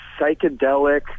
psychedelic